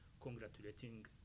congratulating